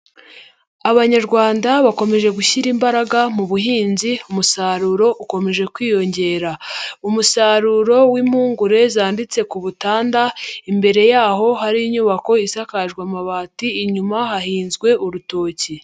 Abanyarwanda bakomeje gushyira imbaraga mu buhinzi, umusaruro ukomeje kwiyongera. Umusaruro w'impungure zanitse ku butanda, imbere yaho hari inyubako isakajwe amabati, inyuma hahinzwe urutoki.